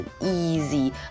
easy